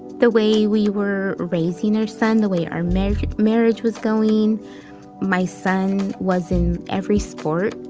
the way we were raising our son, the way our marriage marriage was going my son was in every sport.